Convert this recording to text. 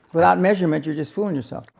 without measurement you're just fooling yourself.